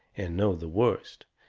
and know the worst.